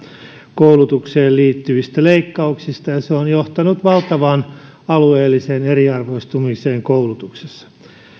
koulutukseen liittyvistä leikkauksista ja ne ovat johtaneet valtavaan alueelliseen eriarvoistumiseen koulutuksessa